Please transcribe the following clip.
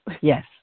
Yes